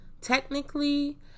technically